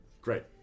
Great